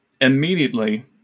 immediately